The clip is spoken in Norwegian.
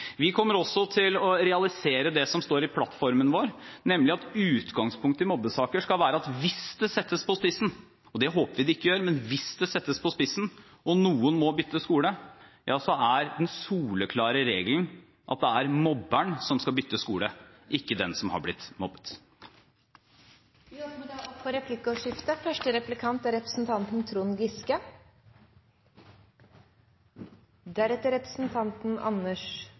Vi kommer også til å realisere det som står i plattformen vår, nemlig at utgangspunktet i mobbesaker skal være at hvis det settes på spissen – det håper vi det ikke gjør – og noen må bytte skole, er den soleklare regelen at det er mobberen som skal bytte skole, ikke den som har blitt mobbet. Det blir replikkordskifte. Når en hører kunnskapsministerens innlegg, er det nesten så en skulle tro at han har et slags år 0 for satsing på utdanning, og det er